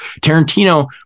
Tarantino